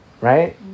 right